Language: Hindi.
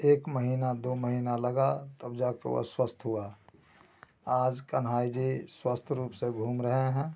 एक महीना दो महीना लगा तब जाकर वह स्वस्थ हुआ आज कनहाई जी स्वस्थ रूप से घूम रहे हैं